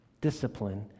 Discipline